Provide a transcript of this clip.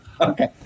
okay